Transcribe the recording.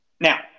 Now